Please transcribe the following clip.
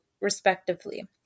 respectively